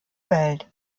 welt